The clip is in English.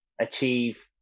achieve